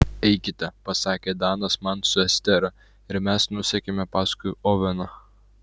eikite pasakė danas man su estera ir mes nusekėme paskui oveną